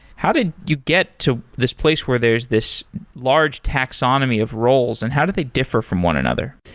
how did you get to this place where there's this large taxonomy of roles and how do they differ from one another?